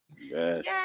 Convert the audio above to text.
Yes